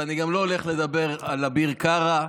ואני גם לא הולך לדבר על אביר קארה.